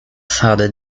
sala